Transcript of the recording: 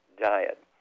diet